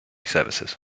services